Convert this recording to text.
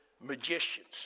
magicians